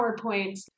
PowerPoints